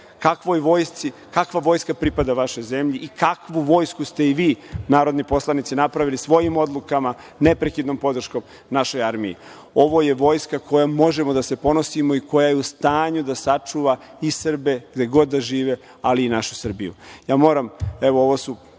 kakva vojska pripada vašoj zemlji i kakvo vojsku ste i vi, narodni poslanici, napravili svojim odlukama neprekidnom podrškom našoj armiji. Ovo je Vojska kojom možemo da se ponosimo i koja je u stanju da sačuva i Srbe gde god da žive, ali i našu Srbiju. Moram, ovo su